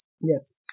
Yes